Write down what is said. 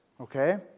Okay